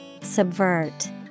Subvert